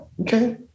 okay